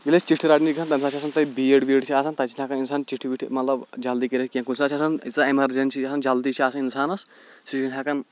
ییٚلہِ أسۍ چِٹھ رَٹنہِ گژھان تَمہِ ساتہٕ چھِ آسان تَتہِ بیٖڈ ویٖڈ چھِ آسان تَتہِ چھُ نہٕ ہٮ۪کان اِنسان چِٹھِ وِٹھِ مطلب جلدی کٔرِتھ کیںہہ کُنہِ ساتہٕ چھِ آسان یٖژاہ ایمرجینسی چھِ آسان جلدی چھِ آسان اِنسانَس سُہ چھُنہٕ ہٮ۪کان